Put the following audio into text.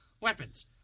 weapons